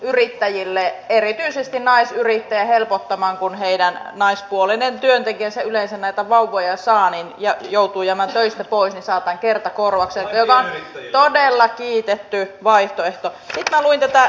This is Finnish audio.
ja erityisesti tuota idän vientiä haluan painottaa ja toivon että tem toimii hyvin tehokkaasti tässä työryhmässä jossa tuumitaan juuri suomalais venäläisen kauppakamarin roolia suuresti kasvatettavaksi